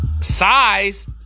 size